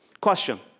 Question